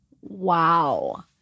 Wow